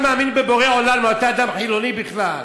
אתה מאמין בבורא עולם או אתה אדם חילוני בכלל?